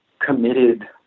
committed